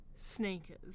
sneakers